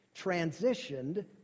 transitioned